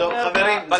זה